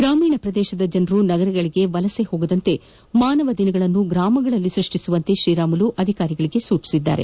ಗ್ರಾಮೀಣ ಜನರು ನಗರಗಳಿಗೆ ವಲಸೆ ಹೋಗದಂತೆ ಮಾನವ ದಿನಗಳನ್ನು ಗ್ರಾಮಗಳಲ್ಲಿ ಸ್ಪಷ್ಟಿಸುವಂತೆ ಶ್ರೀರಾಮುಲು ಅಧಿಕಾರಿಗಳಿಗೆ ಸೂಚಿಸಿದ್ದಾರೆ